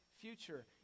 future